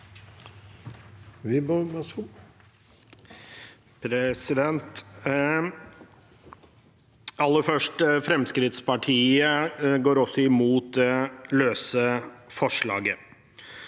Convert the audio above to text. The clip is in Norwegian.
Frem- skrittspartiet går også imot det løse forslaget.